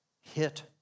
hit